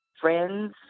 friends